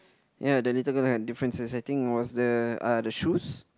ya the little girl have differences I think it was the uh the shoes